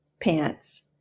pants